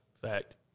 Fact